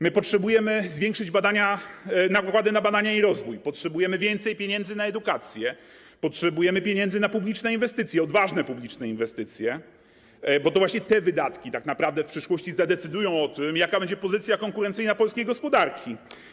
My potrzebujemy zwiększenia nakładów na badania i rozwój, potrzebujemy więcej pieniędzy na edukację, potrzebujemy pieniędzy na publiczne inwestycje, odważne publiczne inwestycje, bo to właśnie te wydatki tak naprawdę w przyszłości zadecydują o tym, jaka będzie pozycja konkurencyjna polskiej gospodarki.